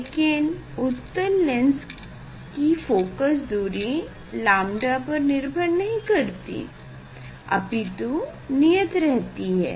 लेकिन उत्तल लेंस की फोकस दूरी लांबड़ा पर निर्भर नहीं करती अपितु नियत रहती है